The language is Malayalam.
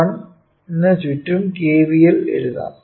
1 ന് ചുറ്റും KVL എഴുതാം